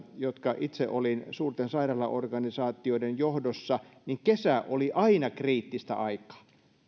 jotka itse olin suurten sairaalaorganisaatioiden johdossa kesä oli aina kriittistä aikaa